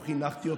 לא חינכתי אותם,